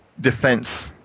defense